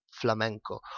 flamenco